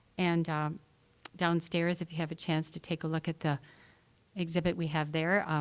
and downstairs, if you have a chance to take a look at the exhibit we have there,